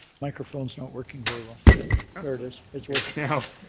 microphone's not working very well. there it is. it's working now.